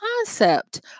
concept